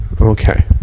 Okay